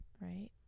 Right